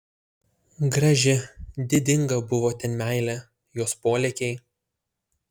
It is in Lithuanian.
graži didinga buvo ten meilė jos polėkiai